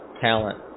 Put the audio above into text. talent